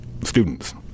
students